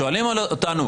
שואלים אותנו: